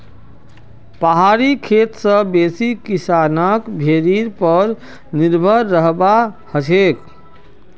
पहाड़ी खेती स बेसी किसानक भेड़ीर पर निर्भर रहबा हछेक